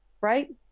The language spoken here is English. right